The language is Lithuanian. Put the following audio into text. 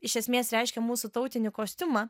iš esmės reiškia mūsų tautinį kostiumą